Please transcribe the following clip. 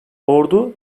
ordu